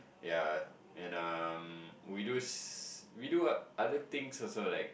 ya and um we do s~ we do oth~ other things also like